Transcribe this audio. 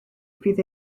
fydd